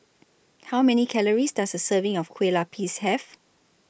How Many Calories Does A Serving of Kueh Lapis Have